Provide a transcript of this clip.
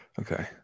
Okay